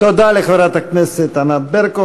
תודה לחברת הכנסת ענת ברקו.